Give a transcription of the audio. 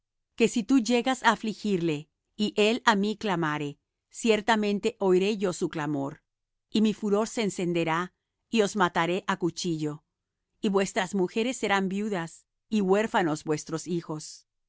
que si tú llegas á afligirle y él á mí clamare ciertamente oiré yo su clamor y mi furor se encenderá y os mataré á cuchillo y vuestras mujeres serán viudas y huérfanos vuestros hijos